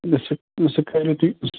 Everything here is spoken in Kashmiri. یہِ سُہ یہِ سُہ کٔرِو تُہۍ سُہ